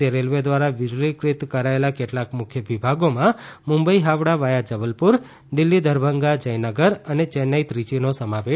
ભારતીય રેલ્વે દ્વારા વીજળીકૃત કરાયેલા કેટલાક મુખ્ય વિભાગોમાં મુંબઈ હાવડા વાયા જબલપુર દિલ્ફી દરભંગા જયનગર અને ચેન્નાઈ ત્રિચિનો સમાવેશ થાય છે